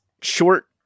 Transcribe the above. short